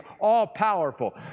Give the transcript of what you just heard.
all-powerful